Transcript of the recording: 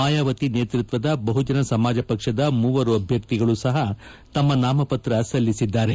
ಮಾಯಾವತಿ ನೇತೃತ್ವದ ಬಹುಜನಸಮಾಜ ಪಕ್ಷದ ಮೂವರು ಅಭ್ಯರ್ಥಿಗಳು ಸಹ ತಮ್ಮ ನಾಮಪತ್ರ ಸಲ್ಲಿಸಿದ್ದಾರೆ